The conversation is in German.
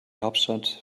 hauptstadt